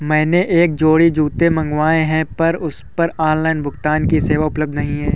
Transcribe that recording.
मैंने एक जोड़ी जूते मँगवाये हैं पर उस पर ऑनलाइन भुगतान की सेवा उपलब्ध नहीं है